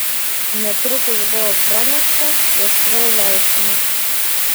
netrukus buvo pranešta jog tuoj leisimės